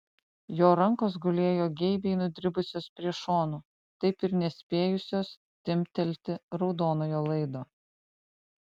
jo rankos gulėjo geibiai nudribusios prie šonų taip ir nespėjusios timptelti raudonojo laido